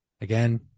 Again